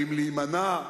אם להימנע.